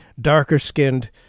darker-skinned